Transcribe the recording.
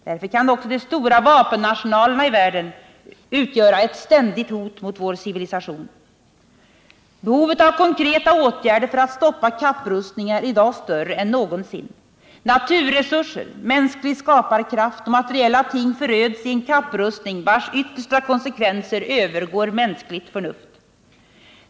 Därför kan också de stora vapenarsenalerna i världen utgöra ett ständigt hot mot hela vår civilisation. Behovet av konkreta åtgärder för att stoppa kapprustningen är i dag större än någonsin. Naturresurser, mänsklig skaparkraft och materiella ting föröds i en kapprustning, vars yttersta konsekvenser övergår mänskligt förnuft.